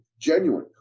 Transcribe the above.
Genuine